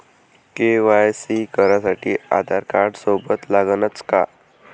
KYC करासाठी आधारकार्ड सोबत लागनच का?